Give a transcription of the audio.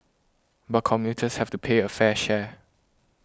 but commuters have to pay a fair share